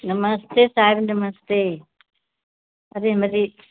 नमास्ते sir नमस्ते अरे मेरी